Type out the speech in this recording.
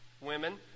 women